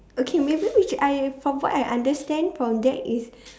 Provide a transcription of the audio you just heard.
okay maybe we should I from what I understand from that is